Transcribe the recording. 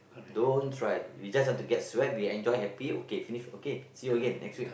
don't try you just have to get swag you enjoy happy okay see you again next week